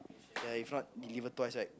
ya if not deliver twice right